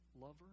lover